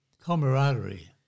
camaraderie